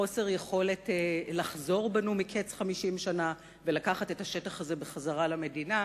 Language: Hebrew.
חוסר יכולת לחזור בנו מקץ 50 שנה ולקחת את השטח הזה בחזרה למדינה,